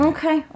Okay